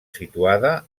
situada